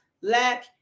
lack